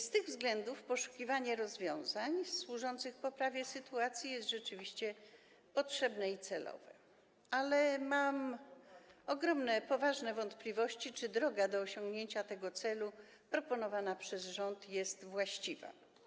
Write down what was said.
Z tych względów poszukiwanie rozwiązań służących poprawie sytuacji jest rzeczywiście potrzebne i celowe, ale mam ogromne, poważne wątpliwości, czy droga do osiągnięcia tego celu proponowana przez rząd jest właściwa.